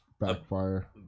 backfire